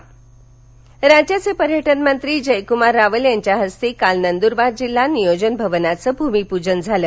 नियोजन भवन नंदुरवार राज्याचे पर्यटनमंत्री जयक्मार रावल यांच्या हस्ते काल नंदूरबार जिल्हा नियोजन भवनाचं भूमिपूजन झालं